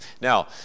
now